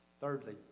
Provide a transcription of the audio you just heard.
Thirdly